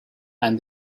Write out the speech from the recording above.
and